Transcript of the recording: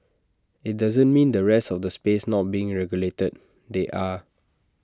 IT doesn't mean the rest of the space not being regulated they are